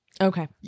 Okay